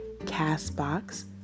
CastBox